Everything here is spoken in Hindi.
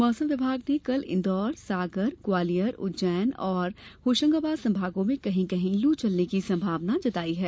मौसम विभाग ने कल इंदौर सागरग्वालियर उज्जैन और होशंगाबाद संभागों में कहीं कहीं लू चलने की संभावना जताई है